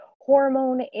hormone